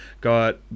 got